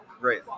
Great